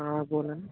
হ্যাঁ বলুন